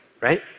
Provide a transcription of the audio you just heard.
right